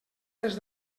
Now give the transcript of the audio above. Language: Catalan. des